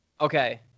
Okay